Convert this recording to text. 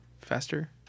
faster